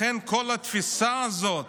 לכן כל התפיסה הזאת